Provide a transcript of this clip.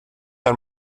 are